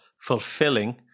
fulfilling